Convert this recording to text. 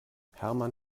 hermann